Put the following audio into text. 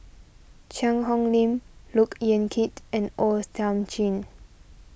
Cheang Hong Lim Look Yan Kit and O Thiam Chin